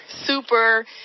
Super